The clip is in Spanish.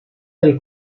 del